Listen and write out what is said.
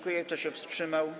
Kto się wstrzymał?